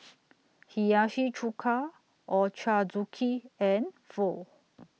Hiyashi Chuka Ochazuke and Pho